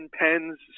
pens